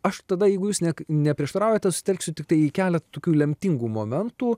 aš tada jeigu jūs neprieštaraujate susitelksiu tiktai į keletą tokių lemtingų momentų